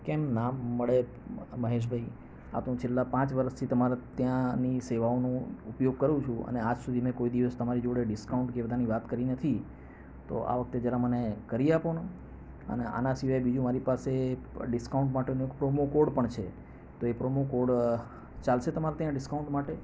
કેમ ના મળે મહેશભાઈ આતો હું છેલ્લા પાંચ વરસથી તમારા ત્યાંની સેવાઓનો ઉપયોગ કરું છું અને આજ સુધી મેં કોઈ દિવસ તમારી જોડે ડીસ્કાઉન્ટ કે એ બધાની વાત કરી નથી તો આ વખતે જરા મને કરી આપોને અને આના સિવાય બીજી મારી પાસે ડીસ્કાઉન્ટ માટેનો પ્રોમોકોડ પણ છે તો એ પ્રોમોકોડ ચાલસે તમારે ત્યાં ડીસ્કાઉન્ટ માટે